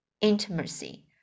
intimacy